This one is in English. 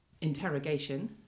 interrogation